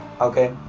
okay